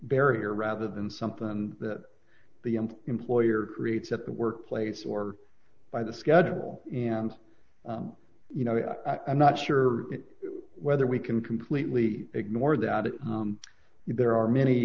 barrier rather than something that the employer creates at the workplace or by the schedule and you know i'm not sure whether we can completely ignore that it is there are many